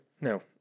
No